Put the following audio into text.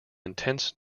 intense